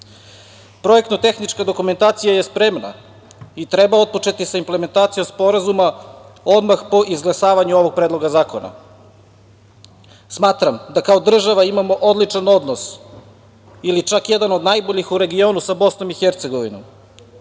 Drini. Projektno-tehnička dokumentacija je spremna i treba otpočeti sa implementacijom sporazuma odmah po izglasavanju ovog Predloga zakona. Smatram da kao država imamo odličan odnos, ili čak, jedan od najboljih u regionu sa BiH.Citiraću